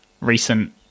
recent